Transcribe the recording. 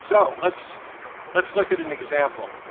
so let's let's look at an example.